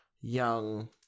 young